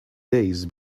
days